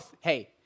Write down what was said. hey